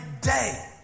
day